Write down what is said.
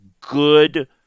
good